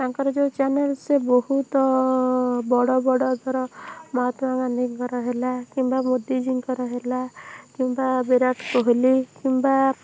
ତାଙ୍କର ଯୋଉ ଚ୍ୟାନେଲ୍ ସେ ବହୁତ ବଡ଼ ବଡ଼ ଧର ମହାତ୍ମା ଗାନ୍ଧୀଙ୍କର ହେଲା କିମ୍ବା ମୋଦିଜୀଙ୍କର ହେଲା କିମ୍ବା ବିରାଟ୍ କୋହଲି କିମ୍ବା